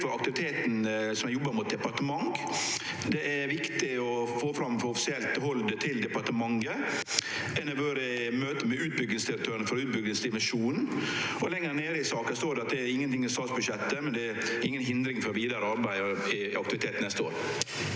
for aktiviteten, ein jobbar mot departementet, det er viktig å få fram på offisielt hald til departementet, og ein har vore i møte med utbyggingsdirektøren for utbyggingsdivisjonen. Lenger nede i saka står det at det er ingenting i statsbudsjettet, men det er inga hindring for vidare arbeid og aktivitet neste år.